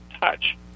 touch